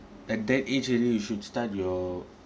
at that age really you should start your